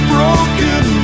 Broken